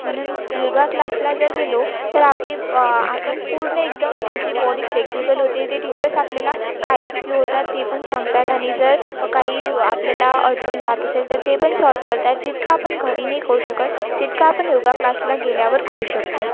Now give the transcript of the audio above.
म्हणून योग क्लासला जर गेलो तर आपली पा आपण पूर्ण एकदम आपली बॉडी फ्लेग्जिबल होते ते टीचर्स आपल्याला काय चुकी होतात ते पण सांगतात आणि जर काही आपल्याला अडचण जात असेल तर ते पण सॉल्व करतात जितकं आपण घरी नाही कऊ शकत तितकं आपण योग क्लासला गेल्यावर करू शकतो